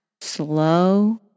slow